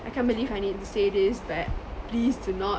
I can't believe I need to say this but please do not